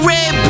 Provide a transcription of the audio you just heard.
Red